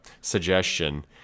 suggestion